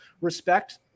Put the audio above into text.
respect